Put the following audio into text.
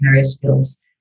skills